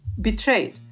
betrayed